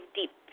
deep